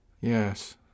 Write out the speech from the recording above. Yes